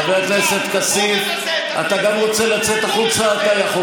אדם שמבזה, לך הביתה.